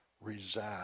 reside